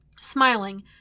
Smiling